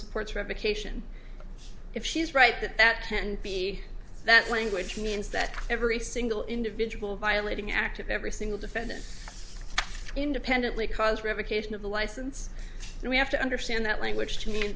supports revocation if she is right that that can't be that language means that every single individual violating act of every single defendant independently cause revocation of the license and we have to understand that language to me